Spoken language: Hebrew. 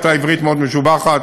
הייתה עברית מאוד משובחת,